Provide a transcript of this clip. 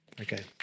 Okay